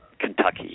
Kentucky